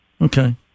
Okay